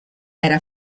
era